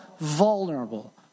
vulnerable